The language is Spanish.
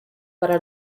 para